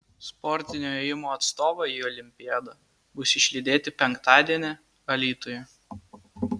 sportinio ėjimo atstovai į olimpiadą bus išlydėti penktadienį alytuje